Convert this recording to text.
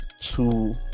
two